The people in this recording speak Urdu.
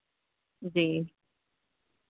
جی